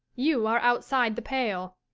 you are outside the pale.